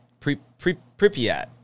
Pripyat